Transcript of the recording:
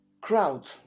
Crowd